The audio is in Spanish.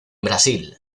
brasil